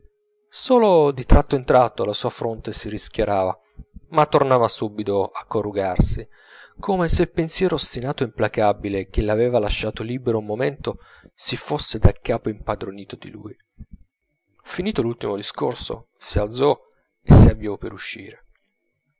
solo di tratto in tratto la sua fronte si rischiarava ma tornava subito a corrugarsi come se il pensiero ostinato e implacabile che l'aveva lasciato libero un momento si fosse daccapo impadronito di lui finito l'ultimo discorso si alzò e s'avviò per uscire